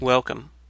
Welcome